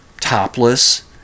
topless